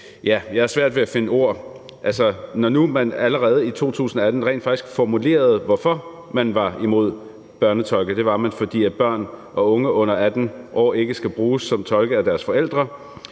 jeg har svært ved at finde ord for det. Allerede i 2018 formulerede man rent faktisk, hvorfor man var imod børnetolke. Det var man, fordi børn og unge under 18 år ikke skal bruges som tolke af deres forældre.